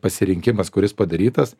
pasirinkimas kuris padarytas